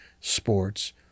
sports